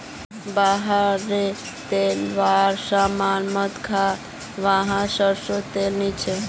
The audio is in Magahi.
बाहर रे तेलावा सामान मत खा वाहत सरसों तेल नी छे